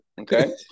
okay